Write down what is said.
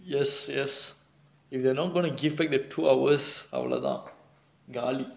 yes yes if they're not gonna give back the two hours அவளோதா காலி:avalotha kaali